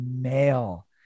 male